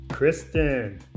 Kristen